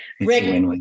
Rick